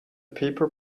paper